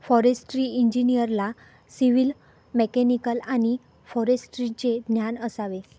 forestry इंजिनिअरला civil, mechanical आणि फॉरेस्ट्रीचे ज्ञान असावे